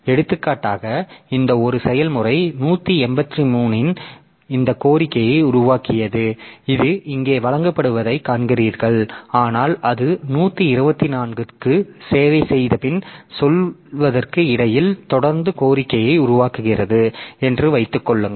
எடுத்துக்காட்டாக இந்த ஒரு செயல்முறை 183 இன் இந்த கோரிக்கையை உருவாக்கியது இது இங்கே வழங்கப்படுவதை காண்கிறீர்கள் ஆனால் அது 124 க்கு சேவை செய்தபின் சொல்லுவதற்கு இடையில் தொடர்ந்து கோரிக்கை உருவாகிறது என்று வைத்துக் கொள்ளுங்கள்